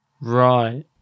Right